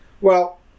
well-